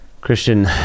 Christian